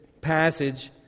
passage